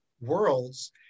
worlds